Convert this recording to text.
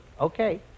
Okay